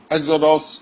Exodus